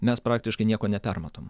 mes praktiškai nieko nepermatom